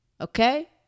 Okay